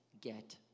get